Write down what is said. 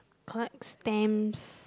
collect stamps